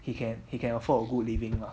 he can he can afford a good living lah